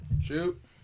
Shoot